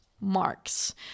marks